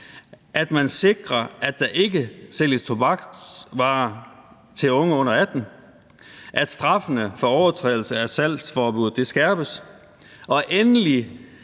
at man sikrer, at der ikke sælges tobaksvarer til unge under 18 år; at straffene for overtrædelse af salgsforbuddet skærpes; og endelig